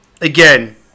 again